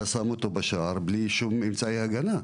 אתה פשוט שם אותו בשער בלי שום אמצעי הגנה?